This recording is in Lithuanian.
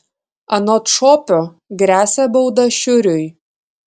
anot šopio gresia bauda šiuriui